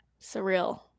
Surreal